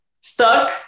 stuck